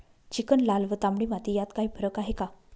Chicken, लाल व तांबडी माती यात काही फरक आहे का?